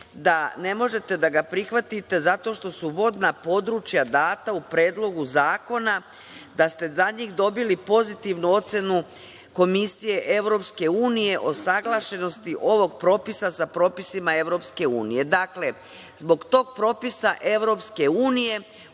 da ne možete da ga prihvatite zato što su vodna područja data u Predlogu zakona, da ste za njih dobili pozitivnu ocenu Komisije EU o usaglašenosti ovog propisa sa propisima EU. Dakle, zbog tog propisa EU u